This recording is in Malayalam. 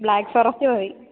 ബ്ലാക്ക് ഫോറസ്റ്റ് മതി